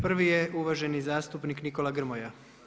Prvi je uvaženi zastupnik Nikola Grmoja.